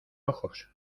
ojos